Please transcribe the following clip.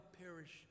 perish